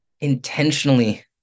intentionally